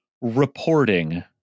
reporting